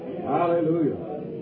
Hallelujah